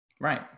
Right